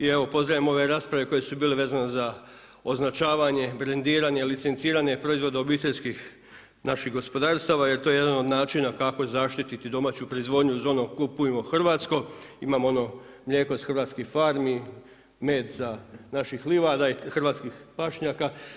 I evo, pozdravljam ove rasprave koje su bile vezane za označavanje, brendiranje, licenciranje proizvode obiteljskih naših gospodarstava jer je to jedan od načina kako zaštiti domaću proizvodnju uz ono „kupujmo hrvatsko“ imamo ono „mlijeko s hrvatskih farmi“, „med sa naših livada i hrvatskih pašnjaka“